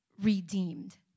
redeemed